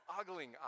ogling